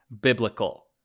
biblical